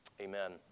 Amen